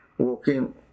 Walking